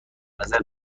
نظر